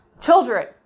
children